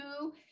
two